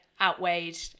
outweighed